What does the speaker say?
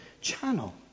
channel